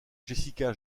jessica